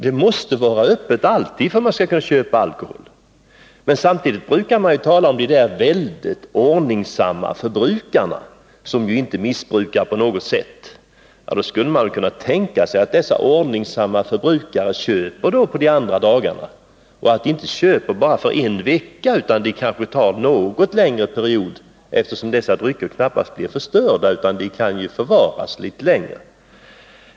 Det måste vara öppet alltid för att man skall kunna köpa alkohol. Men samtidigt talar man om de ordningsamma förbrukarna som inte missbrukar alkohol på något sätt. Då skulle man väl kunna tänka sig att dessa ordningsamma förbrukare köper på de andra dagarna och att de inte köper bara för en vecka utan för en något längre period. Dessa drycker blir ju knappast förstörda utan kan förvaras en tid.